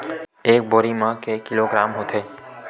एक बोरी म के किलोग्राम होथे?